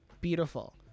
beautiful